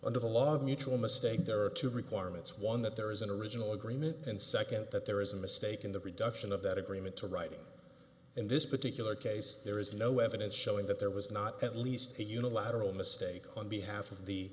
under the law of mutual mistake there are two requirements one that there is an original agreement and second that there is a mistake in the production of that agreement to writing in this particular case there is no evidence showing that there was not at least a unilateral mistake on behalf of the